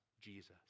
Jesus